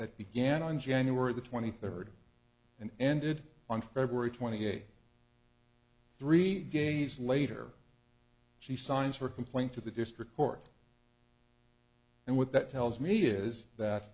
that began on january the twenty third and ended on february twenty eighth three games later she signs her complaint to the district court and what that tells me is that